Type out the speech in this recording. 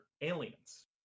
aliens